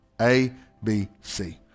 A-B-C